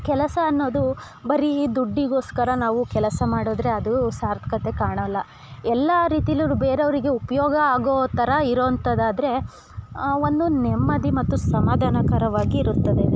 ಕೆಲಸ ಅನ್ನೋದು ಬರೀ ದುಡ್ಡಿಗೋಸ್ಕರ ನಾವು ಕೆಲಸ ಮಾಡಿದ್ರೆ ಅದು ಸಾರ್ಥಕ್ತೆ ಕಾಣೋಲ್ಲ ಎಲ್ಲ ರೀತಿಲೂ ಬೇರೆವ್ರಿಗೆ ಉಪಯೋಗ ಆಗೋ ಥರ ಇರೋಂಥದ್ದು ಆದ್ರೆ ಒಂದೊಂದು ನೆಮ್ಮದಿ ಮತ್ತು ಸಮಾಧಾನಕರವಾಗಿ ಇರುತ್ತದೆ